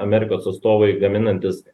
amerikos atstovai gaminantys